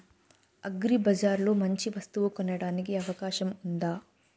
అగ్రిబజార్ లో మంచి వస్తువు కొనడానికి అవకాశం వుందా?